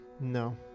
No